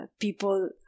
people